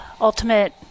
ultimate